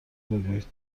بگویید